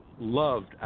loved